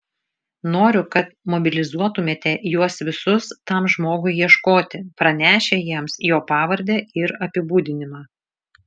noriu kad mobilizuotumėte juos visus tam žmogui ieškoti pranešę jiems jo pavardę ir apibūdinimą